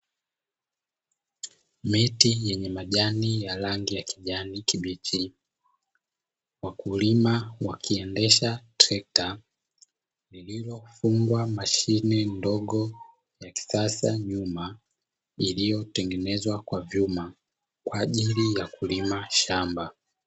Miti yenye majani ya rangi ya kijani kibichi, wakulima wakiendesha trekta lililofungwa mashine ndogo ya kisasa nyuma, iliyotengenezwa kwa vyuma kwa ajili ya kulima shamba.